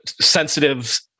Sensitive